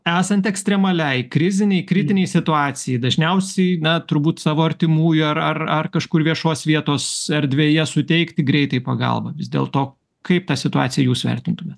esant ekstremaliai krizinei kritinei situacijai dažniausiai na turbūt savo artimųjų ar ar ar kažkur viešos vietos erdvėje suteikti greitai pagalbą vis dėlto kaip tą situaciją jūs vertintumėt